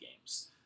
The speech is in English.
games